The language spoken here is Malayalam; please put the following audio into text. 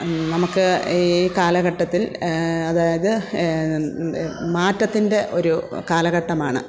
നമുക്ക് ഈ കാലഘട്ടത്തിൽ അതായത് മാറ്റത്തിൻ്റെ ഒരു കാലഘട്ടമാണ്